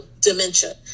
dementia